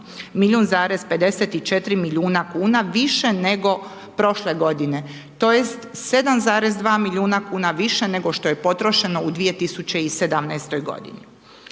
dodatno 1,54 milijuna kn više nego prošle godine, tj. 7,2 milijuna kn više nego što je potrošeno u 2017. godini.